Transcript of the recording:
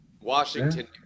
Washington